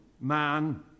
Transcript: man